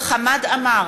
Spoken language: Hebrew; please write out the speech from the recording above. חמד עמאר,